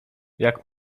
jak